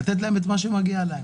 לתת להם את מה שמגיע להם,